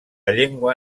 llengua